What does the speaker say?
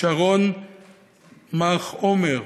שרון מך-עומר,